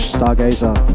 Stargazer